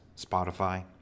spotify